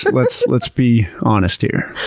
let's let's be honest here.